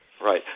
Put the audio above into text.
Right